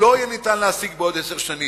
לא יהיה ניתן להשיג בעוד עשר שנים.